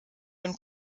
und